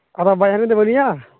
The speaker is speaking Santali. ᱟᱫᱚ ᱵᱟᱦᱚᱧᱟᱨᱤᱧ ᱫᱚ ᱵᱟᱱᱩᱭᱟ